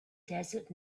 desert